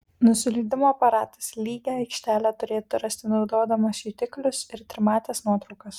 nusileidimo aparatas lygią aikštelę turėtų rasti naudodamas jutiklius ir trimates nuotraukas